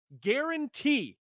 guarantee